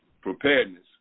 preparedness